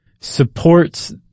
supports